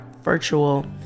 virtual